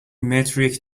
metric